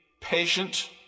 patient